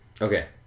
okay